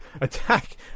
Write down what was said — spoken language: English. attack